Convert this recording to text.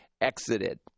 exited